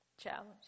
Challenge